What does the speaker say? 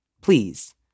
please